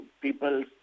people